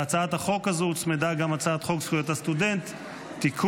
להצעת החוק הזו הוצמדה הצעת חוק זכויות הסטודנט (תיקון,